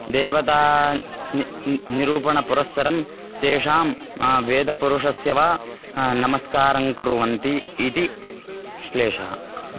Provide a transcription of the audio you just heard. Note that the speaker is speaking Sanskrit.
देवता नि न् निरूपणपुरस्सरं तेषां वेदपुरुषस्य वा नमस्कारं कुर्वन्ति इति श्लेषः